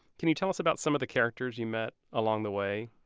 can you tell us about some of the characters you met along the way?